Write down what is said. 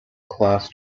class